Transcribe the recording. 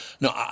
no